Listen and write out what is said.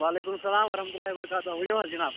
وعلیکُم سلام ورحمت لله و برکاته ؤنِو حظ جناب